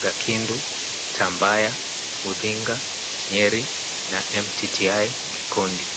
Gakindu, Tambaya, Muthinga, Nyeri na MTTI Gikondi.